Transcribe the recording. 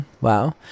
wow